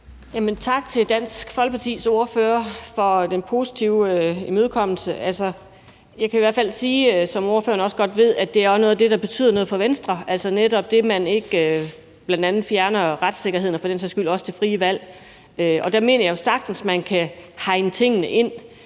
Tak til Dansk Folkepartis ordfører for den positive imødekommelse. Jeg kan i hvert fald sige, som ordføreren også godt ved, at det også er noget af det, der betyder noget for Venstre, altså at man netop bl.a. ikke fjerner retssikkerheden og for den sags skyld også det frie valg, og der mener jeg jo sagtens, at man kan hegne tingene ind,